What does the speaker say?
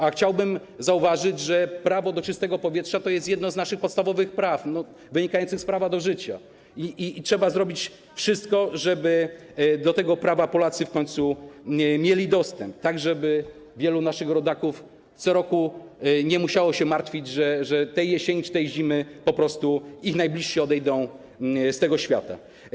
A chciałbym zauważyć, że prawo do czystego powietrza to jest jedno z naszych podstawowych praw, wynika z prawa do życia, i trzeba zrobić wszytko, żeby do tego prawa Polacy w końcu mieli dostęp, tak żeby wielu naszych rodaków po prostu nie musiało się co roku martwić, że tej jesieni czy tej zimy ich najbliżsi odejdą z tego świata.